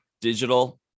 digital